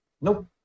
Nope